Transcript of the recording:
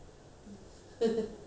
I'm not surprised